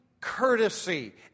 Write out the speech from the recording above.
courtesy